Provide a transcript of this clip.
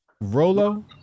Rolo